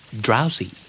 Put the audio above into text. Drowsy